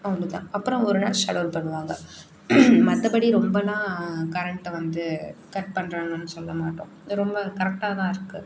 அவ்வளோ தான் அப்பறம் ஒரு நாள் ஷட்டௌன் பண்ணுவாங்க மற்றபடி ரொம்பலாம் கரண்ட்டை வந்து கட் பண்ணுறாங்கன்னு சொல்ல மாட்டோம் இது ரொம்ப கரெக்டாக தான் இருக்குது